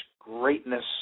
greatness